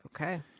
Okay